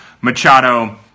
Machado